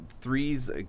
three's